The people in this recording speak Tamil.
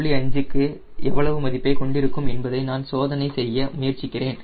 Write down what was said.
5 க்கு இது எவ்வளவு மதிப்பை கொண்டிருக்கும் என்பதை நான் சோதனை செய்ய முயற்சிக்கிறேன்